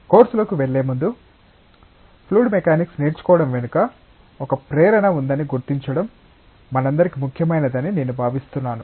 కోర్సులోకి వెళ్ళే ముందు fluid mechanics నేర్చుకోవడం వెనుక ఒక ప్రేరణ ఉందని గుర్తించడం మనందరికీ ముఖ్యమైనదని నేను భావిస్తున్నాను